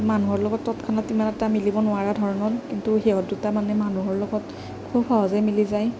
মানুহৰ লগত তৎক্ষণাত ইমান এটা মিলিব নোৱাৰা ধৰণৰ কিন্তু সিহঁত দুটা মানে মানুহৰ লগত খুব সহজে মিলি যায়